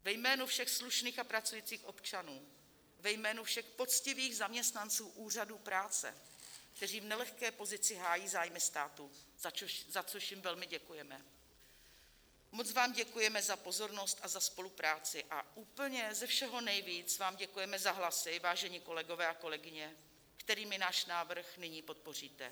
Ve jménu všech slušných a pracujících občanů, ve jménu všech poctivých zaměstnanců úřadů práce, kteří v nelehké pozici hájí zájmy státu, za což jim velmi děkujeme, moc vám děkujeme za pozornost a za spolupráci a úplně ze všeho nejvíc vám děkujeme za hlasy, vážení kolegové a kolegyně, kterými náš návrh nyní podpoříte.